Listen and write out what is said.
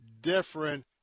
different